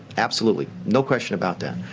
absolutely. no question about that.